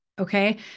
Okay